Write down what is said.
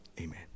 Amen